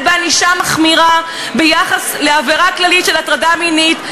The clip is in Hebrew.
בענישה מחמירה ביחס לעבירה כללית של הטרדה מינית,